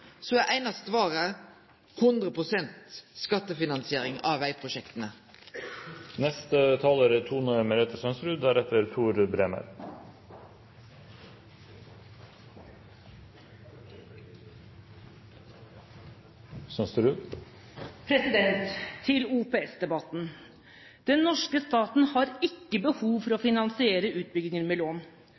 er det einaste svaret 100 pst. skattefinansiering av vegprosjekta. Til OPS-debatten: Den norske staten har ikke behov for å finansiere utbygginger med lån.